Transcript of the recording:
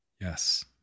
Yes